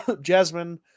Jasmine